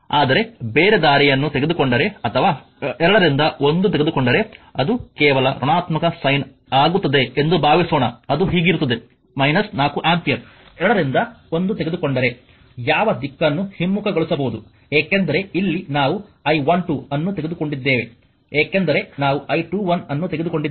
ಆದರೆ ಬೇರೆ ದಾರಿಯನ್ನು ತೆಗೆದುಕೊಂಡರೆ ಅಥವಾ 2 ರಿಂದ 1 ತೆಗೆದುಕೊಂಡರೆ ಅದು ಕೇವಲ ಋಣಾತ್ಮಕ ಸೈನ್ ಆಗುತ್ತದೆ ಎಂದು ಭಾವಿಸೋಣ ಅದು ಹೀಗಿರುತ್ತದೆ 4 ಆಂಪಿಯರ್ 2 ರಿಂದ 1 ತೆಗೆದುಕೊಂಡರೆ ಯಾವ ದಿಕ್ಕನ್ನು ಹಿಮ್ಮುಖಗೊಳಿಸಬಹುದು ಏಕೆಂದರೆ ಇಲ್ಲಿ ನಾವು I12 ಅನ್ನು ತೆಗೆದುಕೊಂಡಿದ್ದೇವೆ ಏಕೆಂದರೆ ನಾವು I21 ಅನ್ನು ತೆಗೆದುಕೊಂಡಿದ್ದೇವೆ